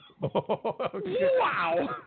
Wow